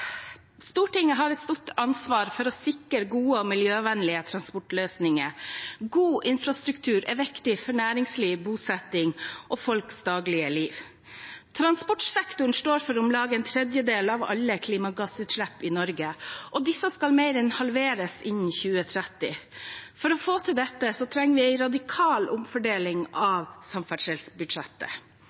Stortinget har et stort ansvar for å sikre gode og miljøvennlige transportløsninger. God infrastruktur er viktig for næringsliv, bosetting og folks daglige liv. Transportsektoren står for om lag en tredjedel av alle klimagassutslipp i Norge, og disse skal mer enn halveres innen 2030. For å få til dette trenger vi en radikal omfordeling av samferdselsbudsjettet.